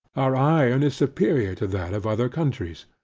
our iron is superior to that of other countries.